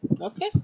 Okay